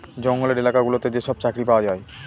জঙ্গলের এলাকা গুলোতে যেসব চাকরি পাওয়া যায়